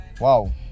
wow